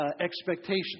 expectations